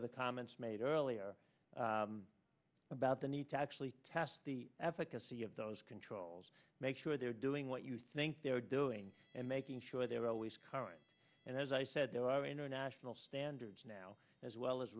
echo the comments made earlier about the need to actually test the efficacy of those controls make sure they're doing what you think they're doing and making sure they're always current and as i said there are international standards now as well as